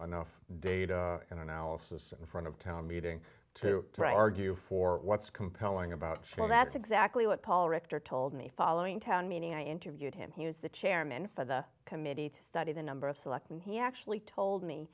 enough data and analysis in front of town meeting to try to argue for what's compelling about well that's exactly what paul richter told me following town meeting i interviewed him he was the chairman for the committee to study the number of select and he actually told me